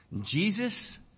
Jesus